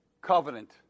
covenant